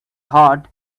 hot